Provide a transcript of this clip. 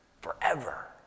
forever